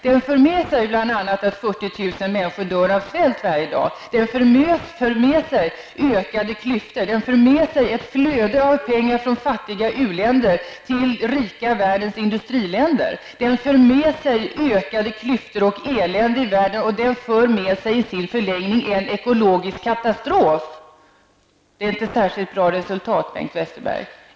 Den för bl.a. med sig att 40 000 människor dör av svält varje dag. Den för med sig ökade klyftor. Den för med sig ett flöde av pengar från fattiga u-länder till världens rika industriländer. Den för med sig ökade klyftor och elände i världen och, i sin förlängning, för den med sig en ekologisk katastrof. Det är inte något särskilt bra resultat, Bengt Westerberg.